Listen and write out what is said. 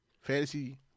Fantasy